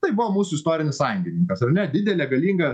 tai buvo mūsų istorinis sąjungininkas ar ne didelė galinga